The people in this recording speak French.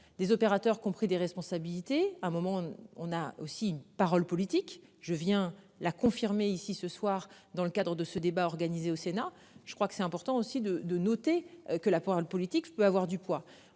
Des opérateurs qui ont pris des responsabilités à un moment on a aussi une parole politique je viens la confirmer ici ce soir dans le cadre de ce débat organisé au Sénat. Je crois que c'est important aussi de de noter que la le politique peut avoir du poids,